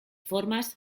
formas